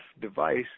device